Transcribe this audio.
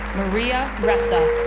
maria ressa.